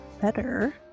better